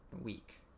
week